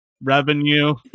revenue